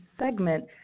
segment